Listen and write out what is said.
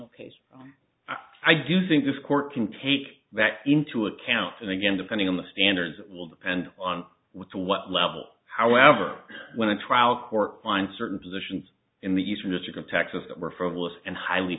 cases i do think this court can take that into account and again depending on the standards it will depend on what the what level however when the trial court finds certain positions in the eastern district of texas that were from list and highly